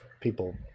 people